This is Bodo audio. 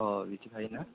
अ मिथिखायोना